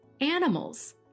Animals